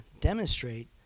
demonstrate